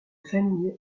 famille